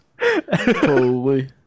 Holy